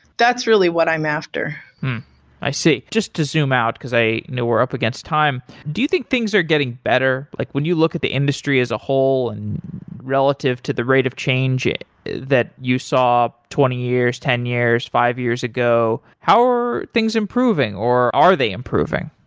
that's really what i'm after i see. just to zoom out, because i know we're up against time. do you think things are getting better? like when you look at the industry as a whole and relative to the rate of change that you saw twenty years, ten years, five years ago? how are you things improving, or are they improving?